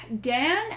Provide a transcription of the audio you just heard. Dan